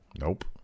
Nope